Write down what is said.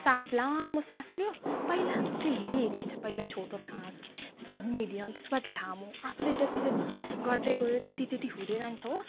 सास लामो सास लियो पहिला त्यो हेरि हेरि हुन्छ पहिला छोटो सास त्यसको बाद मिडियम त्यसको बाद लामो आफूले जति जति गर्दै गयो त्यति त्यति हुँदै जान्छ हो